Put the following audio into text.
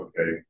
okay